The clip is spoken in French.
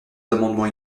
amendements